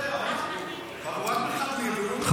שר כושל.